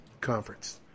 Conference